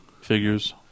figures